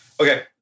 Okay